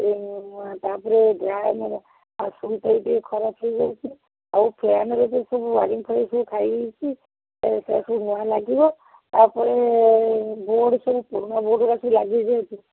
ନୂଆ ତା'ପରେ ଡ୍ରାମର ଆଉ ସୁଇଚ୍ଟା ଟିକେ ଖରାପ ହେଇଯାଇଛି ଆଉ ଫ୍ୟାନ୍ର ବି ସବୁ ୱୟାରିଂ ଫ୍ୟାରିଙ୍ଗ ସବୁ ଖାଇଯାଇଚି ସେ ସବୁ ନୂଆ ଲାଗିବ ତା'ପରେ ବୋର୍ଡ଼୍ ସବୁ ପୁରୁଣା ବୋର୍ଡ଼୍ ଗୁଡ଼ା ଲାଗିଯାଇଛି